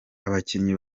abakinnyi